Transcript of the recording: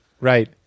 right